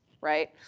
right